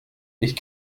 ich